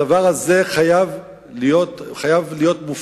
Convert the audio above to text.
הדבר הזה חייב להיות מופנם